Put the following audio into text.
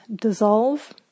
dissolve